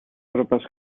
tropas